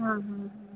हाँ हाँ हाँ